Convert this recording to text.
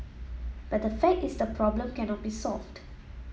but the fact is the problem cannot be solved